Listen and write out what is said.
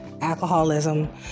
alcoholism